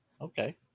okay